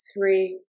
three